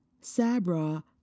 Sabra